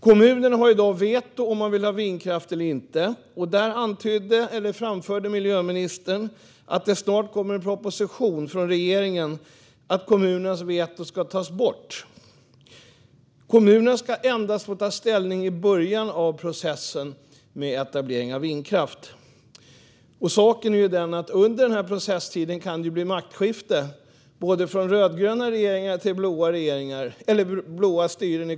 Kommunerna har i dag veto över om de vill ha vindkraft eller inte, och miljöministern framförde att det snart kommer en proposition från regeringen om att det kommunala vetot ska tas bort. Kommunerna ska endast få ta ställning i början av processen för etablering av vindkraft. Under processtiden kan det dock bli maktskifte i kommunen från rödgrönt till blått.